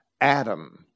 Adam